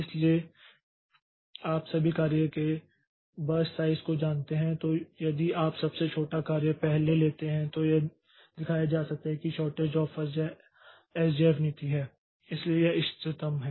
इसलिए यदि आप सभी कार्य के बर्स्ट साइज़ को जानते हैं तो यदि आप सबसे छोटा कार्य पहले लेते हैं तो यह दिखाया जा सकता है कि शऑरटेस्ट जॉब फर्स्ट या एसजेएफ नीति है इसलिए यह इष्टतम है